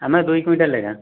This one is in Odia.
ଆମର ଦୁଇ କୁଇଣ୍ଟାଲ ଲେଖାଁ